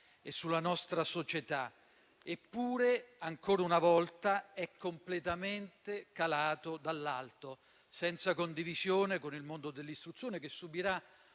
e sulla nostra società, eppure ancora una volta è completamente calato dall'alto, senza condivisione con il mondo dell'istruzione, che subirà